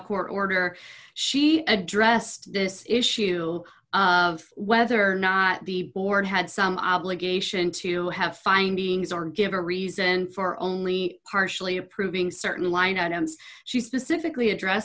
court order she addressed this issue of whether or not the board had some obligation to have findings or give a reason for only partially approving certain line items she specifically address